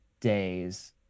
days